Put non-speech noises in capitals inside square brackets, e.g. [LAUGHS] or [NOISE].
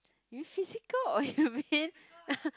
you mean physical or [LAUGHS] you mean [LAUGHS]